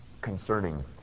concerning